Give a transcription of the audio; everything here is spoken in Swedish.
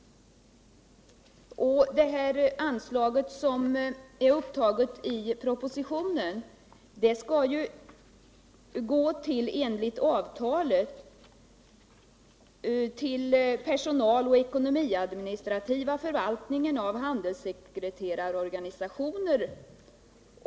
Det anslag som är upptaget i propositionen skallenligt avtal gå till personaloch ekonomiadministrativ förvaltning av handelssekreterarorganisationen.